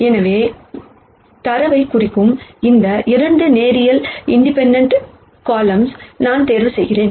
எனவே இந்தத் தரவைக் குறிக்கும் எந்த 2 லீனியர் இண்டிபெண்டெண்ட் காலம்கள் நான் தேர்வு செய்கிறேன்